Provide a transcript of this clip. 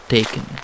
Taken